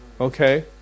Okay